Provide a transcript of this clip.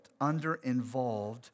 Underinvolved